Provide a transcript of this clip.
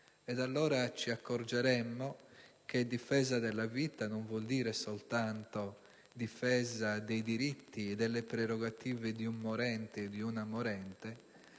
Allora ci accorgeremmo che difesa della vita non vuol dire soltanto difesa dei diritti e delle prerogative di un morente o di una morente